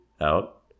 out